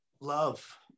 love